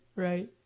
right,